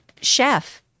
Chef